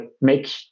make